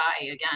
again